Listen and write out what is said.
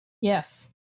Yes